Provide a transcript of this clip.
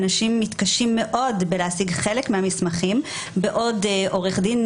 אנשים מתקשים מאוד להשיג חלק מהמסמכים בעוד שעורך דין,